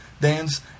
dance